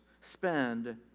spend